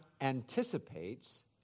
anticipates